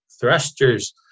thrusters